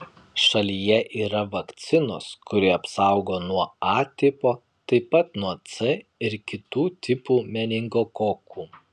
šalyje yra vakcinos kuri apsaugo nuo a tipo taip pat nuo c ir kitų tipų meningokokų